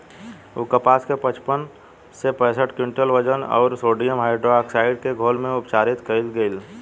उ कपास के पचपन से पैसठ क्विंटल वजन अउर सोडियम हाइड्रोऑक्साइड के घोल में उपचारित कइल गइल